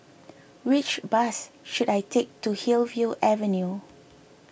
which bus should I take to Hillview Avenue